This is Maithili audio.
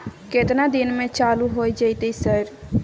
केतना दिन में चालू होय जेतै सर?